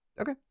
Okay